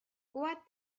what